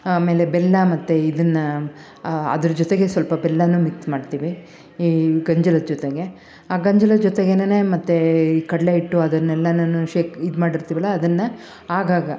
ಆಮೇಲೆ ಬೆಲ್ಲ ಮತ್ತು ಇದನ್ನು ಅದರ ಜೊತೆಗೆ ಸ್ವಲ್ಪ ಬೆಲ್ಲಾನು ಮಿಕ್ಸ್ ಮಾಡ್ತೀವಿ ಈ ಗಂಜಲದ ಜೊತೆಗೆ ಆ ಗಂಜಲದ ಜೊತೆಗೇನೆ ಮತ್ತು ಈ ಕಡಲೆ ಹಿಟ್ಟು ಅದನ್ನೆಲ್ಲ ನಾನು ಶೇಕ್ ಇದು ಮಾಡಿರ್ತೀವಲ್ಲ ಅದನ್ನು ಆಗಾಗ